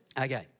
Okay